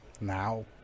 now